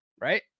Right